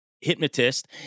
hypnotist